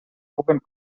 puguen